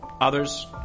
Others